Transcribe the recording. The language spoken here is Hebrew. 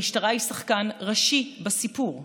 המשטרה היא שחקן ראשי בסיפור.